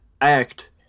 act